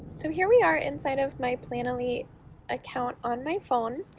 so here we are inside of my planoly account on my phone.